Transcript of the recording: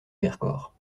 vercors